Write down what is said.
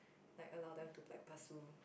like allow them to like pursue